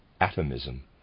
atomism